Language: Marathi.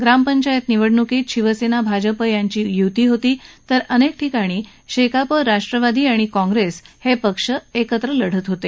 ग्रामपंचायत निवडणुकीत शिवसेना भाजप यांची युती होती तर अनेक ठिकाणी शेकाप राष्ट्रवादी काँप्रेस हे पक्ष एकत्र लढत होते